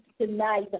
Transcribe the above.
tonight